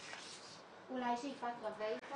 איזה יועץ שגדל בדטרויט,